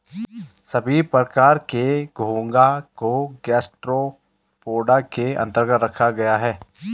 सभी प्रकार के घोंघा को गैस्ट्रोपोडा के अन्तर्गत रखा गया है